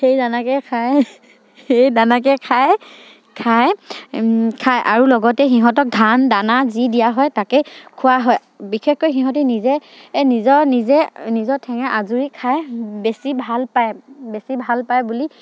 সেই দানাকেই খায় সেই দানাকে খায় খায় খায় আৰু লগতে সিহঁতক ধান দানা যি দিয়া হয় তাকে খোৱা হয় বিশেষকৈ সিহঁতে নিজে নিজৰ নিজে নিজৰ ঠেঙে আজৰি খাই বেছি ভালপায় বেছি ভালপায় বুলি